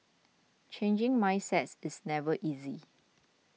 changing mindsets is never easy